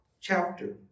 chapter